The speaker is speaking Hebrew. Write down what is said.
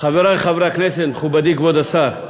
חברי חברי הכנסת, מכובדי כבוד השר,